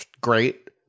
great